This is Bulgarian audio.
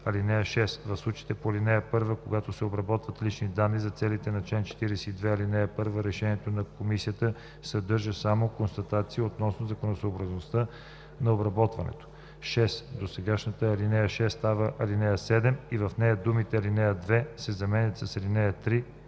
данните. (6) В случаите по ал. 1, когато се обработват лични данни за целите по чл. 42, ал. 1, решението на комисията съдържа само констатация относно законосъобразността на обработването.“ 6. Досегашната ал. 6 става ал. 7 и в нея думите „ал. 2“ се заменят с „ал. 3